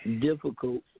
difficult